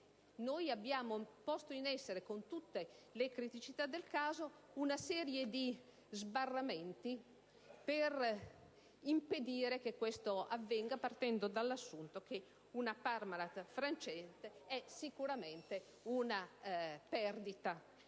noi abbiamo posto in essere, con tutte le criticità del caso, una serie di sbarramenti per impedire che questo avvenga, partendo dall'assunto che una Parmalat francese è sicuramente una perdita